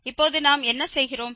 இப்போது நாம் என்ன செய்கிறோம்